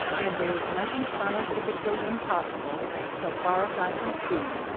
and there is nothing scientifically impossible, so far as i can see,